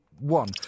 One